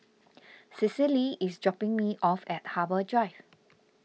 Cecily is dropping me off at Harbour Drive